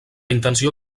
intenció